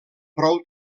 prou